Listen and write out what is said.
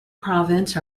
province